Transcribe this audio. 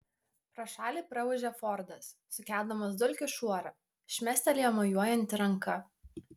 pro šalį praūžė fordas sukeldamas dulkių šuorą šmėstelėjo mojuojanti ranka